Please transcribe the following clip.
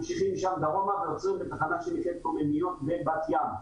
ממשיכים משם דרומה ויוצאים בתחנה שנקראת "קוממיות" בבת-ים.